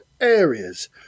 areas